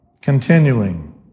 Continuing